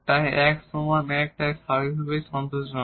তাই 1 সমান 1 তাই এটি স্বাভাবিকভাবেই সন্তোষজনক